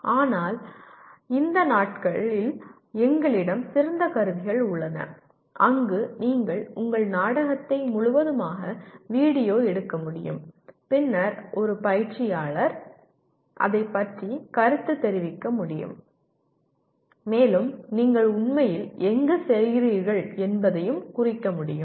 ஆனால் இந்த நாட்களில் எங்களிடம் சிறந்த கருவிகள் உள்ளன அங்கு நீங்கள் உங்கள் நாடகத்தை முழுவதுமாக வீடியோ எடுக்க முடியும் பின்னர் ஒரு பயிற்சியாளர் அதைப் பற்றி கருத்துத் தெரிவிக்க முடியும் மேலும் நீங்கள் உண்மையில் எங்கு செய்கிறீர்கள் என்பதைக் குறிக்க முடியும்